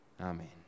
Amen